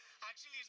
actually,